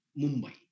Mumbai